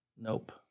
Nope